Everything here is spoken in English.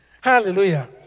Hallelujah